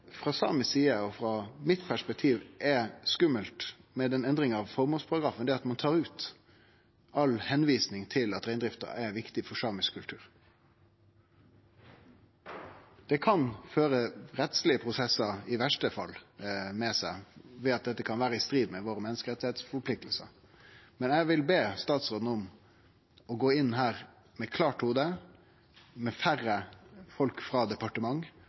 frå samisk side og frå perspektivet mitt er skummelt med denne endringa av føremålsparagrafen, er at ein tar ut alle tilvisingar til at reindrifta er viktig for samisk kultur. Det kan i verste fall føre rettslege prosessar med seg, ved at dette kan vere i strid med menneskerettsforpliktingane våre. Eg vil be statsråden om å gå inn her med eit klart hovud, med færre folk frå